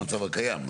במצב הקיים,